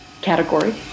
category